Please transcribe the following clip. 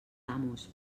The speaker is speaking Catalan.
amos